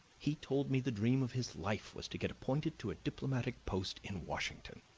he told me the dream of his life was to get appointed to a diplomatic post in washington.